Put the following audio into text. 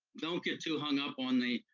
don't get too hung up on the,